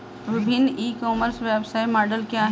विभिन्न e commerce व्यवसाय model क्या हैं?